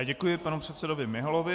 Děkuji panu předsedovi Miholovi.